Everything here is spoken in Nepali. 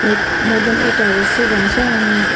like more than eight hours चाहिँ रहन्छ एन्ड